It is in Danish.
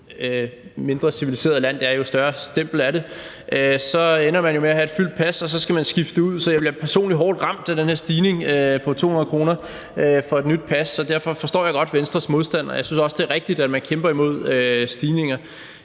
mindre civiliseret et land det er, jo større stempel er det. Og så ender man jo med at have et fyldt pas, og så skal man skifte det ud. Så jeg bliver personligt hårdt ramt af den her stigning på 200 kr. for et nyt pas. Derfor forstår jeg godt Venstres modstand, og jeg synes også, det er rigtigt, at man kæmper imod stigninger.